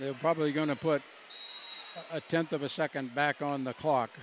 they're probably going to put a tenth of a second back on the clock